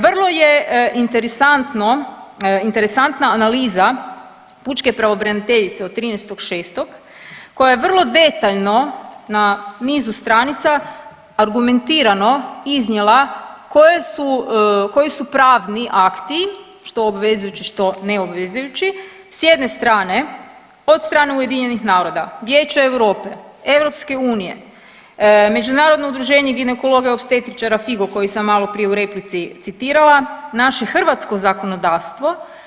Vrlo je interesantno, interesantna analiza pučke pravobraniteljice od 13.6. koja je vrlo detaljno na nizu stranica, argumentirano iznijela koje su, koji su pravni akti što obvezujući, što neobvezujući s jedne strane od strane UN-a, Vijeća Europe, EU, Međunarodno udruženje ginekologa i opstetritičara FIGO koji sam maloprije u replici citirala, naše hrvatsko zakonodavstvo.